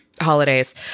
holidays